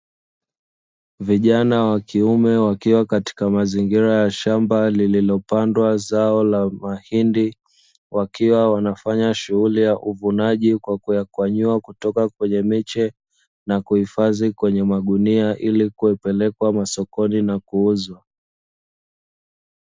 Vijana wakiume wakiwa katika mazingira ya shamba lililopandwa zao la mahindi, wakiwa wanafanya shughuli ya uvunaji kwa kuyakwanyua kutoka kwenye miche, na kuhifadhi kwenye magunia ili kupelekwa masokoni na kuuzwa.